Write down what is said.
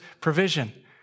provision